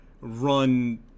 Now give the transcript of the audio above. run